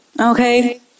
Okay